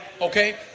Okay